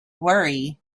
worry